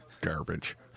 garbage